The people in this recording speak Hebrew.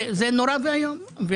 זה נורא ואיום.